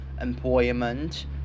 employment